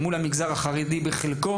כך גם הדבר מול חלק מהמגזר החרדי אני